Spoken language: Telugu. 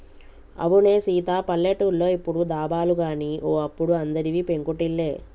అవునే సీత పల్లెటూర్లో ఇప్పుడు దాబాలు గాని ఓ అప్పుడు అందరివి పెంకుటిల్లే